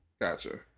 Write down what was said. Gotcha